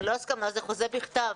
זו לא הסכמה, זה חוזה בכתב.